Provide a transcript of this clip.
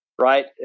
Right